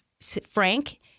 frank